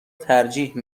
ترجیح